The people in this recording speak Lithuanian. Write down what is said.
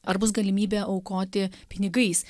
ar bus galimybė aukoti pinigais